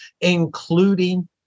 including